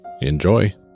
Enjoy